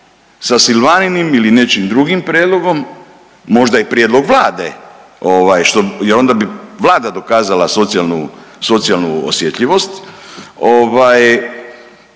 sa Silvaninim ili nečijim drugim prijedlogom, možda i prijedlog Vlade ovaj jer onda bi Vlada dokazala socijalnu, socijalnu osjetljivost ovaj